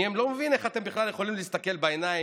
אני לא מבין איך אתם בכלל יכולים להסתכל בעיניים